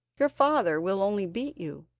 your father will only beat you.